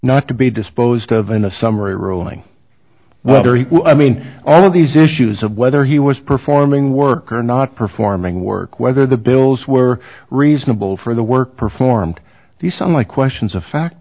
not to be disposed of in a summary ruling well i mean all of these issues of whether he was performing work or not performing work whether the bills were reasonable for the work performed the song like questions of fact